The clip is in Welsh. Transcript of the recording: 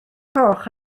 coch